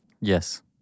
yes